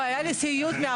דיבר ידידי יוסף על